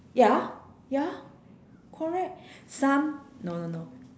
ya ya correct some no no no